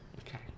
Okay